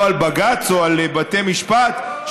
על בג"ץ או על בתי משפט,